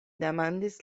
demandis